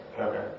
Okay